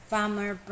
Farmer